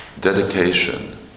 dedication